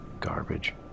Garbage